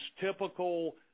typical